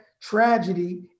tragedy